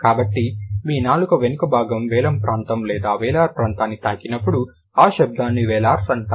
కాబట్టి మీ నాలుక వెనుక భాగం వెలమ్ ప్రాంతం లేదా వెలార్ ప్రాంతాన్ని తాకినప్పుడు ఆ శబ్దాన్ని వెలార్స్ అంటారు